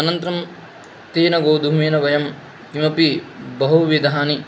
अनन्तरं तेन गोधूमेन वयं किमपि बहुविधानि